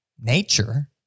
nature